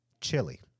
chili